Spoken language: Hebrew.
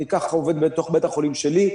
אני ככה עובד בתוך בית החולים שלי,